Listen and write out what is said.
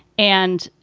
and,